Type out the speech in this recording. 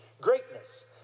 greatness